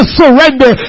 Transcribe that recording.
surrender